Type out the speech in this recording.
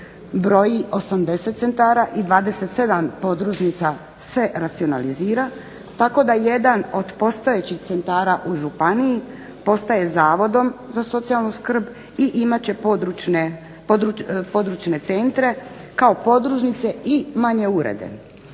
broji 80 centara i 27 podružnica se racionalizira tako da jedan od postojećih centara u županiji postaje Zavodom za socijalnu skrb i imat će područne centre kao podružnice i manje urede.